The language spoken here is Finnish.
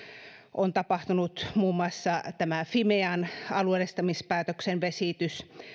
on tapahtunut muun muassa tämä fimean alueellistamispäätöksen vesitys